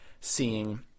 seeing